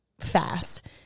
fast